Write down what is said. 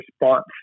response